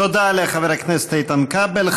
תודה לחבר הכנסת איתן כבל.